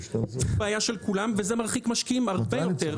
זו בעיה של כולם וזה מרחיק משקיעים הרבה יותר.